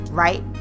right